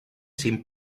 sin